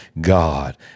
God